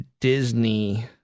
Disney